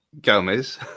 Gomez